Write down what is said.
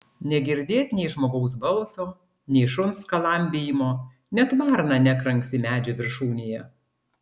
negirdėt nei žmogaus balso nei šuns skalambijimo net varna nekranksi medžio viršūnėje